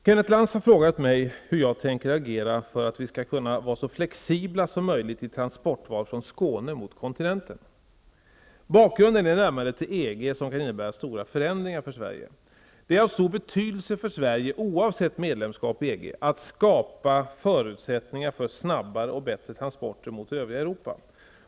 Herr talman! Kenneth Lantz har frågat mig hur jag tänker agera för att vi skall kunna vara så flexibla som möjligt i transportval från Skåne mot kontinenten. Bakgrunden är närmandet till EG, som kan innebära stora förändringar för Sverige. Det är av stor betydelse för Sverige, oavsett medlemskap i EG, att skapa förutsättningar för snabbare och bättre transporter mot det övriga Europa.